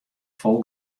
fol